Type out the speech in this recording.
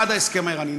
בעד ההסכם האיראני,